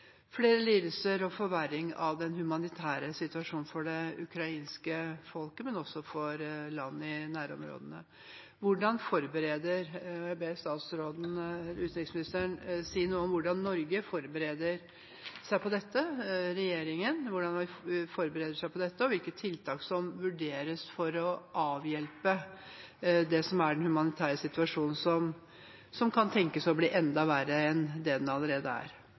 flere lidelser og en forverring av den humanitære situasjonen for det ukrainske folket, men også for land i nærområdene. Kan utenriksministeren si noe om hvordan Norge og regjeringen forbereder seg på dette, og hvilke tiltak som vurderes for å avhjelpe det som er en humanitær situasjon som kan tenkes å bli enda verre enn den allerede er?